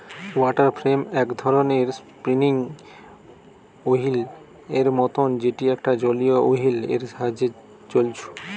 water frame এক ধরণের spinning wheel এর মতন যেটি একটা জলীয় ওহীল এর সাহায্যে ছলছু